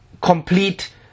complete